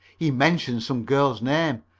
he mentioned some girl's name,